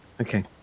Okay